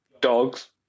Dogs